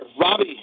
Robbie